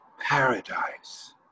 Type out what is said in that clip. Paradise